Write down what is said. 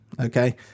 okay